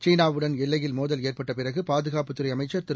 சீனாவுடன் எல்லையில் மோதல் ஏற்பட்டபிறகுபாதுகாப்புத் துறைஅமைச்சர் திரு